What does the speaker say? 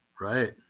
right